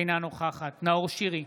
אינה נוכחת נאור שירי,